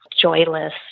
joyless